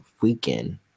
weekend